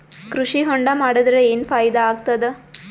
ಕೃಷಿ ಹೊಂಡಾ ಮಾಡದರ ಏನ್ ಫಾಯಿದಾ ಆಗತದ?